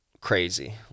crazy